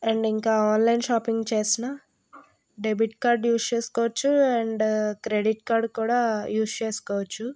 and ఇంకా online shopping చేసిన debit card use చేసుకోవచ్చు అండ్ క్రెడిట్ కార్డు కూడా యూజ్ చేసుకోవచ్చు